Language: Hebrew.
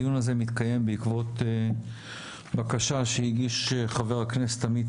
הדיון הזה מתקיים בעקבות בקשה שהגיש חבר הכנסת עמית